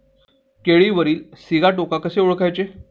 केळीवरील सिगाटोका कसे ओळखायचे?